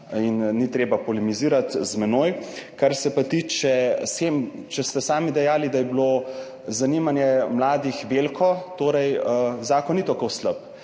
ni treba polemizirati z menoj. Kar se pa tiče shem, če ste sami dejali, da je bilo zanimanje mladih veliko, torej zakon ni tako slab,